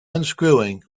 unscrewing